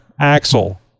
axle